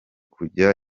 kujya